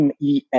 MES